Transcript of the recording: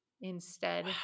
instead-